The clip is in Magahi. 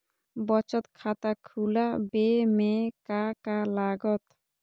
बचत खाता खुला बे में का का लागत?